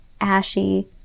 ashy